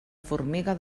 formiga